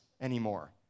anymore